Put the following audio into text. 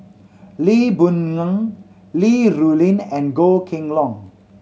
Lee Boon Ngan Li Rulin and Goh Kheng Long